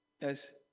yes